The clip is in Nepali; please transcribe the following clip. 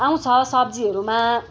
आउँछ सब्जीहरूमा